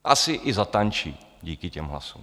Asi i zatančí díky těm hlasům.